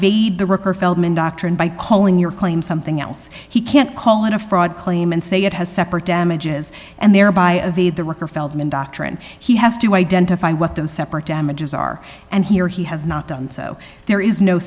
vade the ricker feldman doctrine by calling your claim something else he can't call it a fraud claim and say it has separate damages and thereby of a the record feldman doctrine he has to identify what the separate damages are and here he has not done so there is no